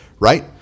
Right